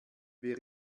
wer